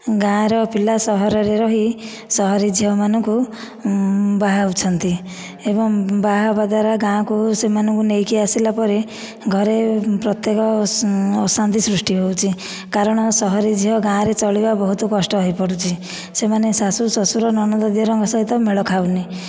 ଗାଁ ର ପିଲା ସହରରେ ରହି ସହରୀ ଝିଅମାନଙ୍କୁ ବାହା ହେଉଛନ୍ତି ଏବଂ ବାହା ହେବା ଦ୍ୱାରା ଗାଁକୁ ସେମାନଙ୍କୁ ନେଇକି ଆସିଲା ପରେ ଘରେ ପ୍ରତ୍ୟେକ ଅଶାନ୍ତି ସୃଷ୍ଟି ହେଉଛି କାରଣ ସହରୀ ଝିଅ ଗାଁରେ ଚଳିବା ବହୁତ କଷ୍ଟ ହୋଇପଡୁଛି ସେମାନେ ଶାଶୁ ଶଶୁର ନଣନ୍ଦ ଦିଅରଙ୍କ ସହିତ ମେଳ ଖାଉନି